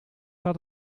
gaat